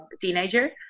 teenager